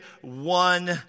one